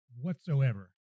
whatsoever